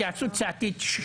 התייעצות סיעתית.